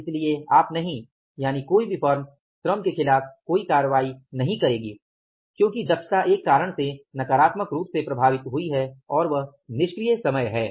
इसलिए आप नहीं यानि कोई भी फर्म श्रम के खिलाफ कोई कार्रवाई नहीं करेगी क्योंकि दक्षता एक कारण से नकारात्मक रूप से प्रभावित हुई है और वह निष्क्रिय समय है